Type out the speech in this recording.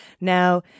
Now